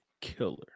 killer